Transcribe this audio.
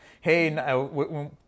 hey